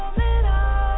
middle